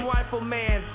Rifleman